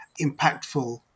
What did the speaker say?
impactful